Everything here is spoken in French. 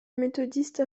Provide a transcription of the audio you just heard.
méthodiste